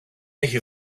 έχει